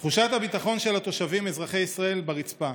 תחושת הביטחון של התושבים, אזרחי ישראל, ברצפה.